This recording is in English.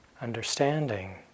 understanding